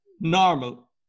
normal